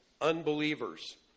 unbelievers